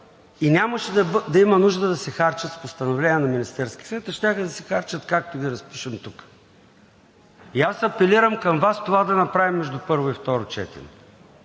и нямаше да има нужда да се харчат с постановление на Министерския съвет, а щяха да се харчат, както ги разпишем тук. Аз апелирам към Вас това да направим между първо и второ четене.